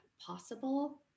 possible